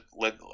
let